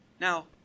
Now